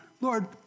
Lord